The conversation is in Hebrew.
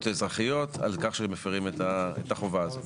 אזרחיות על כך שהם מפרים את החובה הזאת.